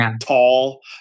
tall